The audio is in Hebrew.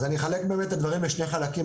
אחלק את הדברים לשני חלקים,